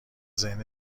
ذهن